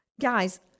Guys